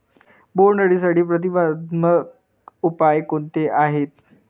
बोंडअळीसाठी प्रतिबंधात्मक उपाय कोणते आहेत?